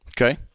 Okay